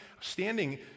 standing